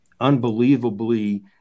unbelievably